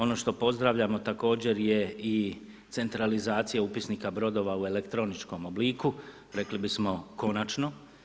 Ono što pozdravljamo, također je i centralizacija upisnika brodova u elektroničkom obliku, rekli bismo konačno.